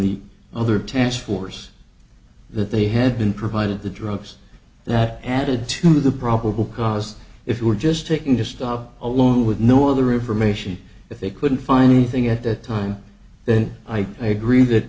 the other taskforce that they had been provided the drugs that added to the probable cause if you were just taking to stop alone with no other information if they couldn't find anything at that time then i agree that